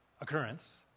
occurrence